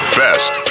best